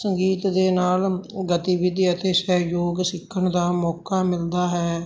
ਸੰਗੀਤ ਦੇ ਨਾਲ ਗਤੀਵਿਧੀ ਅਤੇ ਸਹਿਯੋਗ ਸਿੱਖਣ ਦਾ ਮੌਕਾ ਮਿਲਦਾ ਹੈ